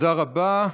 תודה רבה.